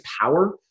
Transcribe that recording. power